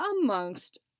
amongst